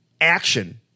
action